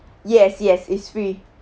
yes yes is free